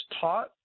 taught